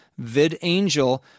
VidAngel